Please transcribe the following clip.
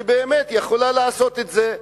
שהיא באמת יכולה לעשות את זה.